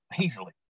easily